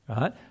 right